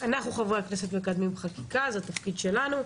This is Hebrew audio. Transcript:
אנחנו, חברי הכנסת, מקדמים חקיקה, זה התפקיד שלנו.